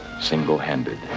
Single-handed